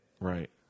Right